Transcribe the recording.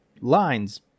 lines